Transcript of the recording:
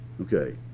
Okay